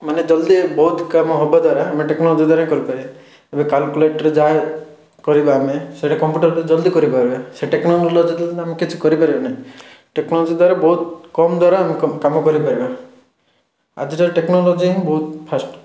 ମାନେ ଜଲ୍ଦି ଏ ବହୁତ କାମ ହେବା ଦ୍ୱାରା ଆମେ ଟେକ୍ନୋଲୋଜି ଦ୍ୱାରା ହିଁ କରିପାରିବା ଏବେ କାଲ୍କୁଲେଟର୍ ଯାହା କରିବା ଆମେ ସଇଟା କମ୍ପ୍ୟୁଟରରେ ଜଲ୍ଦି କରିପାରିବା ସେ ଟେକ୍ନୋଲୋଜି ନଥିଲେ ତ ଆମେ କିଛି କରିପାରିବାନାହିଁ ଟେକ୍ନୋଲୋଜି ଦ୍ୱାରା ବହୁତ କମ୍ ଦ୍ୱାରା ଆମେ କାମ କରିପାରିବା ଆଜିର ଟେକ୍ନୋଲୋଜି ହିଁ ବହୁତ ଫାଷ୍ଟ